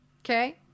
Okay